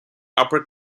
upper